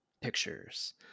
pictures